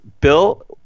Bill